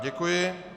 Děkuji.